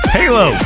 Halo